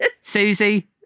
Susie